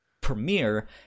Premiere